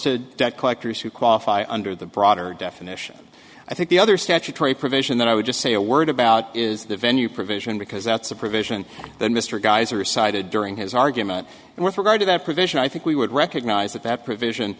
to debt collectors who qualify under the broader definition i think the other statutory provision that i would just say a word about is the venue provision because that's a provision that mr geyser cited during his argument and with regard to that provision i think we would recognize that that provision